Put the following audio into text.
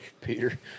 Peter